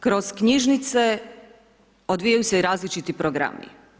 Kroz knjižnice, odvijaju se i različiti programi.